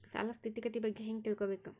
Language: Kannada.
ಸಾಲದ್ ಸ್ಥಿತಿಗತಿ ಬಗ್ಗೆ ಹೆಂಗ್ ತಿಳ್ಕೊಬೇಕು?